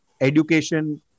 education